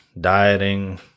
dieting